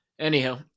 Anyhow